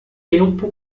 tempo